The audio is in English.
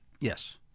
Yes